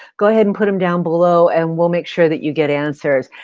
go ahead and put them down below and we'll make sure that you get answers.